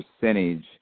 percentage